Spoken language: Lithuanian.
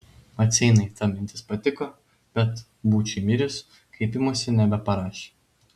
maceinai ta mintis patiko bet būčiui mirus kreipimosi nebeparašė